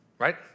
right